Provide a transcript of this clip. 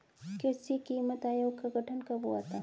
कृषि कीमत आयोग का गठन कब हुआ था?